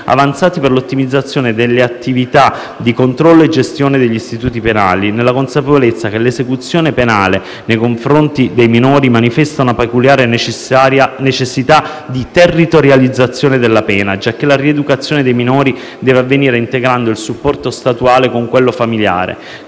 avanzati per l'ottimizzazione delle attività di controllo e gestione degli istituti penali, nella consapevolezza che l'esecuzione penale nei confronti dei minori manifesta una peculiare necessità di territorializzazione della pena, giacché la rieducazione dei minori deve avvenire integrando il supporto statuale con quello familiare.